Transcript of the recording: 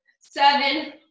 seven